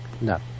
No